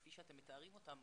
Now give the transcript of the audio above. כפי שאתם מתארים אותם,